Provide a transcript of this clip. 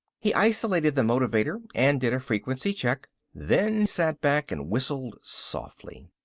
he isolated the motivator and did a frequency check. then sat back and whistled softly.